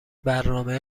برنامه